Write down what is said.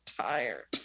tired